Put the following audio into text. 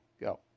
Go